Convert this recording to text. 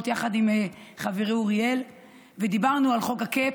יחד עם חברי אוריאל ודיברנו על חוק ה-cap,